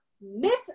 myth